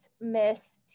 miss